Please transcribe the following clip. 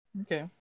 Okay